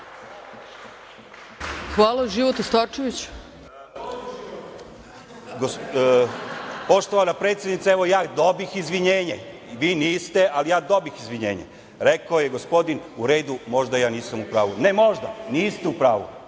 **Života Starčević** Poštovana predsednice, evo ja dobih izvinjenje. Vi niste, ali ja dobih izvinjenje. Rekao je gospodin – u redu, možda ja nisam u pravu. Ne možda, niste u pravu.